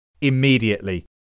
immediately